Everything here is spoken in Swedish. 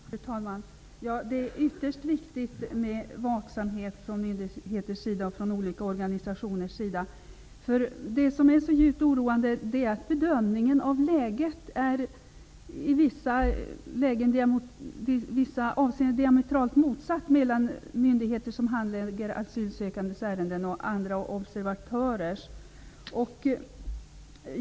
Fru talman! Det är ytterst viktigt med vaksamhet från myndigheters och olika organisationers sida. Det som är så djupt oroande är att bedömningen av läget i vissa avseenden är diametralt motsatt mot de myndigheter som handlägger asylsökandes ärenden och andra observatörers bedömning.